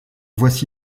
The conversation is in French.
voici